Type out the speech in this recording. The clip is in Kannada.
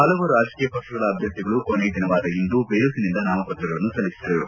ಹಲವು ರಾಜಕೀಯ ಪಕ್ಷಗಳ ಅಭ್ಯರ್ಥಿಗಳು ಕೊನೆಯ ದಿನವಾದ ಇಂದು ಬಿರುಸಿನಿಂದ ನಾಮಪ್ರಗಳನ್ನು ಸಲ್ಲಿಸಿದರು